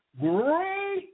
great